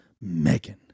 Megan